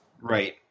right